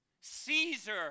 Caesar